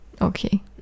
Okay